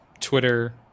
Twitter